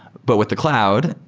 but with the cloud,